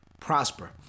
prosper